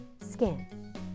skin